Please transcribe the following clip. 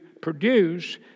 produce